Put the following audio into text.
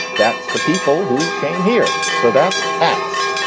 that's the people who came here. so that's x.